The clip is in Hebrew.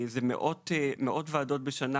אלה מאות ועדות בשנה,